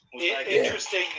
interesting